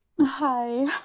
Hi